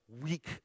weak